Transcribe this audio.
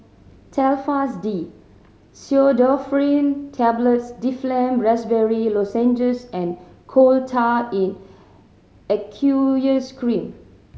Telfast D Pseudoephrine Tablets Difflam Raspberry Lozenges and Coal Tar in Aqueous Cream